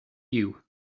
you